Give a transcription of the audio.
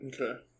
Okay